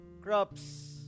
crops